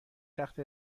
تخت